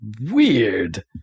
weird